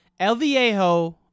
Elviejo